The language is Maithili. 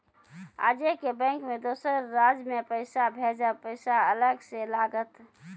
आजे के बैंक मे दोसर राज्य मे पैसा भेजबऽ पैसा अलग से लागत?